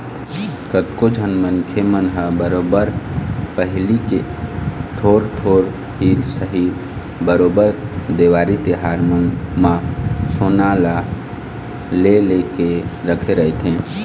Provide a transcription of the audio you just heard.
कतको झन मनखे मन ह बरोबर पहिली ले थोर थोर ही सही बरोबर देवारी तिहार मन म सोना ल ले लेके रखे रहिथे